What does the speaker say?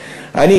תמשיך,